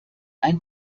ein